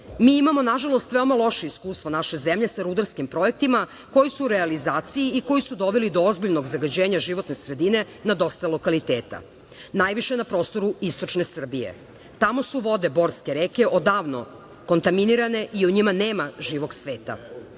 imamo, nažalost, veoma loše iskustvo naše zemlje sa rudarskim projektima koji su u realizaciji i koji su doveli do ozbiljnog zagađenja životne sredine na dosta lokaliteta. Najviše na prostoru istočne Srbije. Tamo su vode borske reke odavno kontaminirane i u njima nema živog